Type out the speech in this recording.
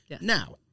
Now